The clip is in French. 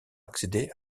accéder